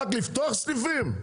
רק לפתוח סניפים?